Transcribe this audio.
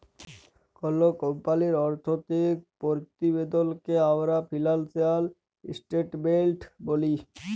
call কমপালির আথ্থিক পরতিবেদলকে আমরা ফিলালসিয়াল ইসটেটমেলট ব্যলি